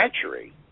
century